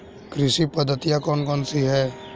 कृषि पद्धतियाँ कौन कौन सी हैं?